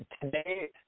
today